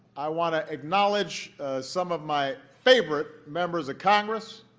i want to acknowledge some of my favorite members of congress.